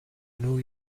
new